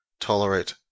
tolerate